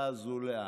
הממשלה הזו לאן.